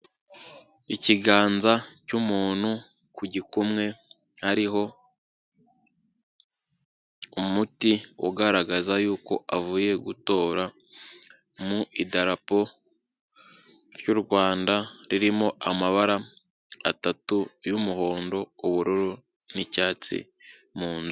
Ikiganza cy'umuntu ku gikumwe hariho umuti ugaragaza yuko avuye gutora mu idarapo ry'u Rwanda ririmo amabara atatu y'umuhondo, ubururu n'icyatsi